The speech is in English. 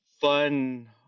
fun